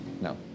No